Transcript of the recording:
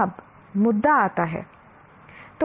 अब मुद्दा आता है